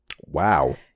Wow